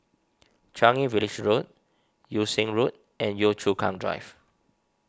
Changi Village Road Yew Siang Road and Yio Chu Kang Drive